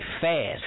fast